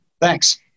Thanks